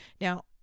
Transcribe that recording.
Now